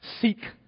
seek